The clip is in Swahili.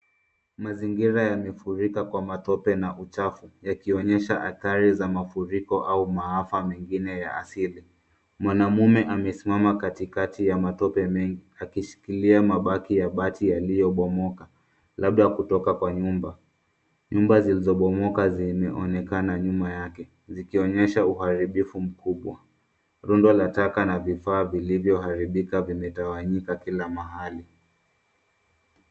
Mazingira yamefurika kwa matope na uchafu yakionyesha athari za mafuriko au maafa mengine ya asili. Mwanaume amesimama katikati ya matope mengi akishikilia mabaki ya bati yaliyobomoka, labda kutoka kwa nyumba. Nyumba zilizobomoka zimeonekana nyuma yake, zikionyesha uharibifu mkubwa. Rundo la taka na vifaa vilivyoharibika vimetawanyika kila mahali.